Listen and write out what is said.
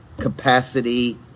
capacity